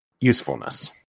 usefulness